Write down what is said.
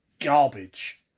garbage